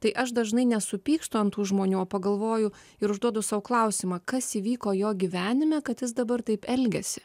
tai aš dažnai nesupykstu ant tų žmonių o pagalvoju ir užduodu sau klausimą kas įvyko jo gyvenime kad jis dabar taip elgiasi